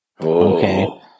Okay